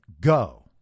go